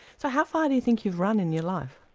so how far do you think you've run in your life?